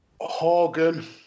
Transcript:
Hogan